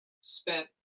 spent